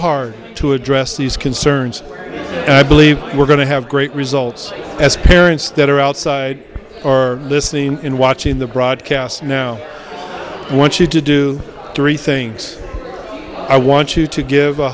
hard to address these concerns i believe we're going to have great results as parents that are outside or listening in watching the broadcast now want you to do three things i want you to give a